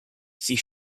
sie